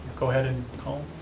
go ahead and call